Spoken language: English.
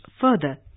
further